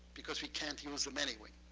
because we can't use them anyway.